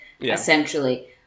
essentially